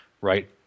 right